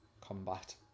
combat